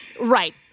Right